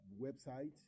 website